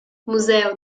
museo